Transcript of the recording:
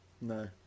no